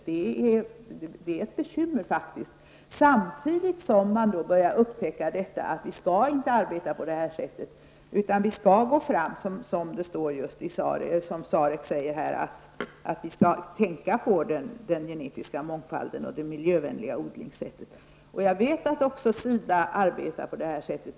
Det är faktiskt ett bekymmer. Samtidigt börjar man upptäcka att vi inte skall arbeta på det här sättet, utan vi skall gå fram just som SAREC säger. Vi skall tänka på den genetiska mångfalden och det miljövänliga odlingssättet. Jag vet att också SIDA arbetar på det här sättet.